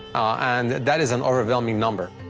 and that is an overwhelming number.